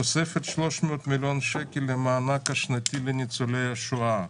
תוספת 300 מיליון שקל למענק השנתי לניצולי השואה.